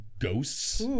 ghosts